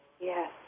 Yes